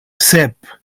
sep